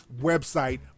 website